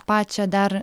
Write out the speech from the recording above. pačią dar